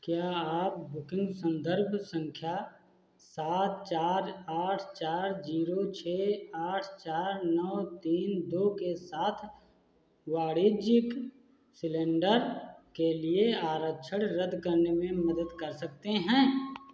क्या आप बुकिंग संदर्भ संख्या सात चार आठ चार जीरो छः आठ चार नौ तीन दो के साथ वाणिज्यिक सिलेंडर के लिए आरक्षण रद्द करने में मदद कर सकते हैं